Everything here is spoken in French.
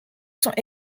sont